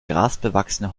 grasbewachsene